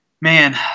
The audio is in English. Man